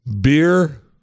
Beer